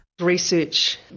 Research